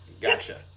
Gotcha